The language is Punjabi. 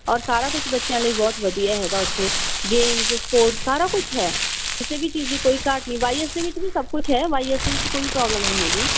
ਔਰ ਸਾਰਾ ਕੁਝ ਬੱਚਿਆਂ ਲਈ ਬਹੁਤ ਵਧੀਆ ਹੈਗਾ ਉੱਥੇ ਗੇਮਸ ਸਪੋਰਟਸ ਸਾਰਾ ਕੁਛ ਹੈ ਕਿਸੇ ਵੀ ਚੀਜ਼ ਦੀ ਕੋਈ ਘਾਟ ਨਹੀਂ ਵਾਈ ਐਸ ਦੇ ਵਿੱਚ ਵੀ ਸਭ ਕੁਛ ਹੈ ਵਾਈ ਐਸ ਦੇ ਵਿੱਚ ਕੋਈ ਪ੍ਰੋਬਲਮ ਨਹੀਂ ਹੈਗੀ